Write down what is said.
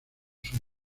sus